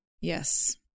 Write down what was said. yes